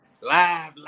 live